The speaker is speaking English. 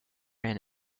and